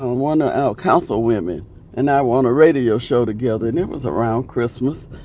one of our councilwomen and i were on a radio show together, and it was around christmas.